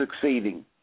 succeeding